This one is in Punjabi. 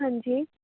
ਹਾਂਜੀ